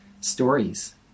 stories